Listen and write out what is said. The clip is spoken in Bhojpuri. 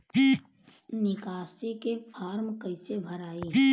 निकासी के फार्म कईसे भराई?